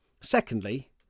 Secondly